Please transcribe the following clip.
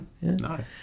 no